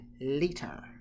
later